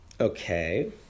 Okay